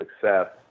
success